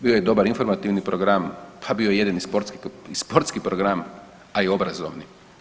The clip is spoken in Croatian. Bio je dobar informativni program, pa bio je i jedini sportski program, a i obrazovni.